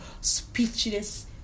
speechless